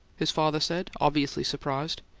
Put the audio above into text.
his father said, obviously surprised.